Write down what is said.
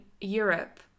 Europe